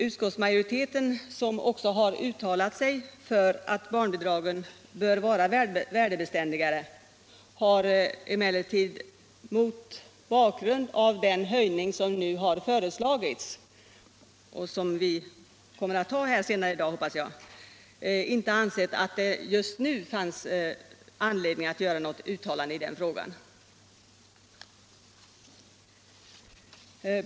Utskottsmajoriteten — som också har uttalat sig för att barnbidragen bör vara värdebeständiga — har emellertid mot bakgrund av den höjning som nu har föreslagits och som jag hoppas vi kommer att besluta om senare i dag inte ansett att det just nu finns anledning att göra något uttalande i den frågan.